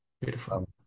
Beautiful